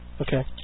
Okay